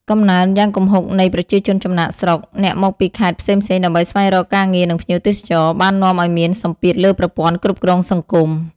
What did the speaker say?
កំណើនយ៉ាងគំហុកនៃ ប្រជាជនចំណាកស្រុក អ្នកមកពីខេត្តផ្សេងៗ ដើម្បីស្វែងរកការងារ និង ភ្ញៀវទេសចរ បាននាំឲ្យមានសម្ពាធលើប្រព័ន្ធគ្រប់គ្រងសង្គម។